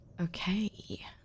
Okay